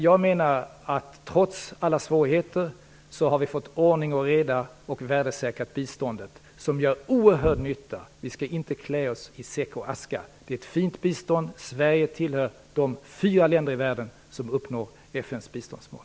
Jag menar att vi trots alla svårigheter har fått ordning och reda och värdesäkrat biståndet. Det gör oerhörd nytta. Vi skall inte klä oss i säck och aska. Det är ett fint bistånd. Sverige tillhör de fyra länder i världen som uppnår FN:s biståndsmål.